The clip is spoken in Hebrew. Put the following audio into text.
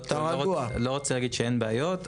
אני לא רוצה להגיד שאין בעיות.